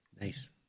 Nice